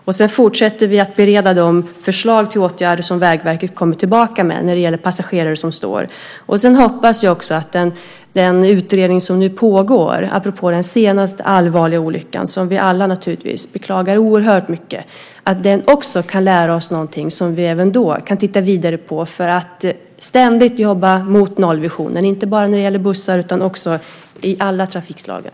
Och så fortsätter vi att bereda de förslag till åtgärder som Vägverket kommer tillbaka med när det gäller passagerare som står. Sedan hoppas jag också att den utredning som nu pågår apropå den senaste allvarliga olyckan, som vi alla beklagar oerhört mycket, också kan lära oss någonting som vi kan titta vidare på för att ständigt jobba mot nollvisionen inte bara när det gäller bussar utan också i alla trafikslagen.